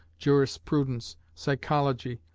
jurisprudence, psychology,